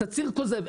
אם